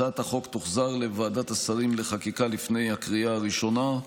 הצעת החוק תוחזר לוועדת השרים לחקיקה לפני הקריאה הראשונה.